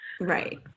right